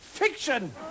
Fiction